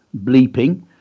bleeping